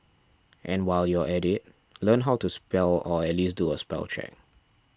and while you're at it learn how to spell or at least do a spell check